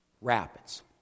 Rapids